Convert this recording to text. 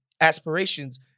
aspirations